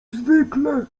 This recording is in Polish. zwykle